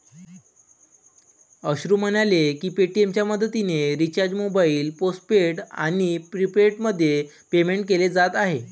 अश्रू म्हणाले की पेटीएमच्या मदतीने रिचार्ज मोबाईल पोस्टपेड आणि प्रीपेडमध्ये पेमेंट केले जात आहे